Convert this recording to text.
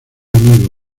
amigo